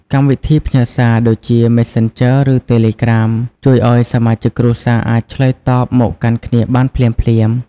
កម្មវិធីផ្ញើសារ ដូចជា Messengerឬ Telegram ជួយឱ្យសមាជិកគ្រួសារអាចឆ្លើយតបមកកាន់គ្នាបានភ្លាមៗ។